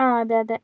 ആ അതെ അതെ